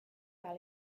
par